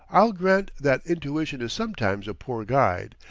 i'll grant that intuition is sometimes a poor guide.